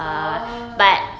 oh